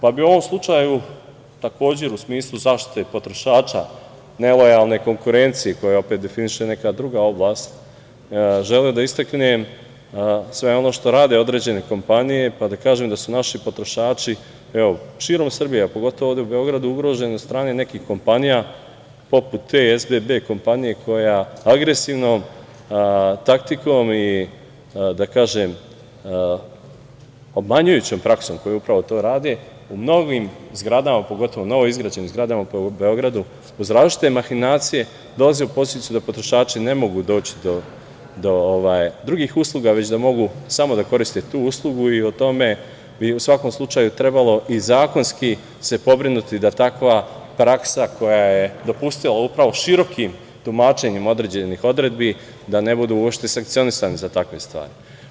Pa bih u ovom slučaju, takođe u smislu zaštite potrošača, nelojalne konkurencije, koju opet definiše neka druga oblast, želeo da istaknem sve ono što rade određene kompanije, pa da kažem da su naši potrošači širom Srbije, a pogotovo ovde u Beogradu ugroženi od strane nekih kompanija, poput te SBB kompanije, koja agresivnom taktikom i, da kažem, obmanjujućom praksom, koji upravo to rade, u mnogim zgradama, pogotovo novoizgrađenim zgradama po Beogradu, uz različite mahinacije dolaze u poziciju da potrošači ne mogu doći do drugih usluga, već da mogu da koriste samo tu uslugu i o tome bi, u svakom slučaju, trebalo i zakonski se pobrinuti da takva praksa, koja je dopustila upravo širokim tumačenjem određenih odredbi, da ne budu uopšte sankcionisani za takve stvari.